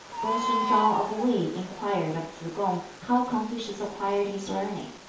kung-sun ch'an of wei inquired of tsz-kung how confucius acquired his learning.